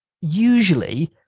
Usually